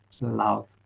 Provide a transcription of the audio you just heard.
love